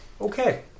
Okay